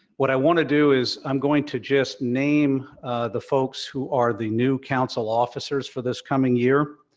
what i want to do is i'm going to just name the folks who are the new council officers for this coming year.